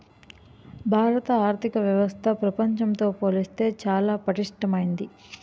భారత ఆర్థిక వ్యవస్థ ప్రపంచంతో పోల్చితే చాలా పటిష్టమైంది